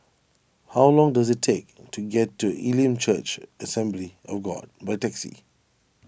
how long does it take to get to Elim Church Assembly of God by taxi